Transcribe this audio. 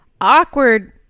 awkward